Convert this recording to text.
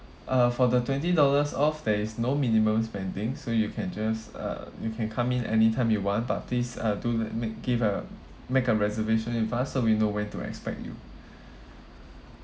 uh for the twenty dollars off there is no minimum spending so you can just uh you can come in anytime you want but please uh do l~ make give a make a reservation with us so we know when to expect you